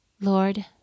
Lord